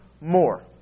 more